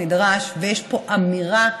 ויש פה אמירה שאנחנו,